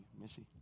Missy